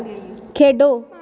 खेढो